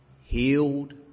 healed